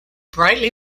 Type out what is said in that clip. brightly